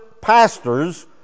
pastors